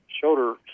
shoulder